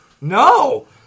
No